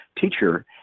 teacher